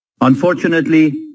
Unfortunately